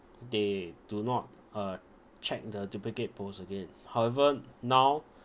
they do not uh check the duplicate posts again however now